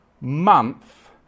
month